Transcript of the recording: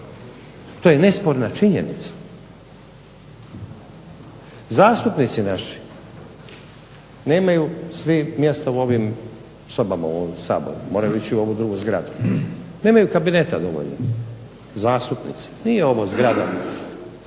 To je nesporna činjenica. Zastupnici naši nemaju svi mjesta u ovim sobama u Saboru, moraju ići u ovu drugu zgradu. Nemaju kabineta dovoljno. Zastupnici. Nije ovo zgrada